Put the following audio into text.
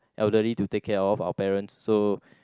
elderly to take care of our parents so